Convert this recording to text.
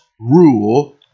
rule